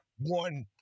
One